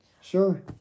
Sure